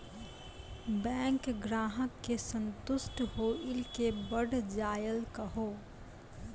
Bank ग्राहक के संतुष्ट होयिल के बढ़ जायल कहो?